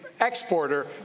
exporter